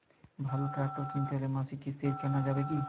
ভালো ট্রাক্টর কিনতে হলে মাসিক কিস্তিতে কেনা যাবে কি?